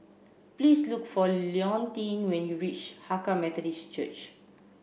please look for Leontine when you reach Hakka Methodist Church